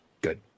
Good